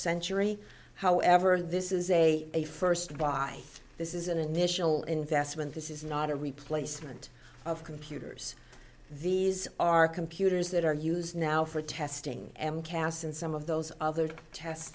century however this is a a first buy this is an initial investment this is not a replacement of computers these are computers that are used now for testing m cas and some of those other tests